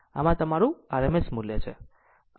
આમ આ તમારું RMS મૂલ્ય છે